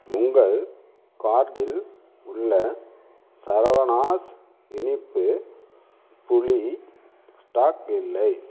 உங்கள் கார்டில் உள்ள சரவணாஸ் இனிப்புப் புளி ஸ்டாக் இல்லை